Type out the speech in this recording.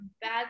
bad